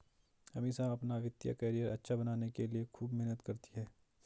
अमीषा अपना वित्तीय करियर अच्छा बनाने के लिए खूब मेहनत करती है